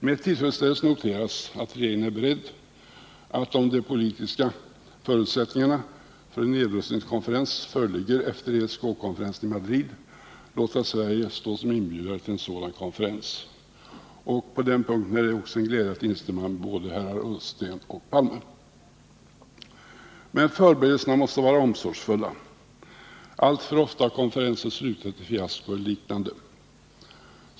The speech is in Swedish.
Med tillfredsställelse noteras att regeringen är beredd att, om de politiska förutsättningarna för en europeisk nedrustningskonferens föreligger efter ESK-konferensen i Madrid, låta Sverige stå som inbjudare till en sådan konferens. På den punkten är det också en glädje att kunna instämma med både herr Ullsten och herr Palme. Men förberedelserna måste vara omsorgsfulla; alltför ofta har konferenser slutat i fiasko eller något liknande.